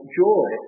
joy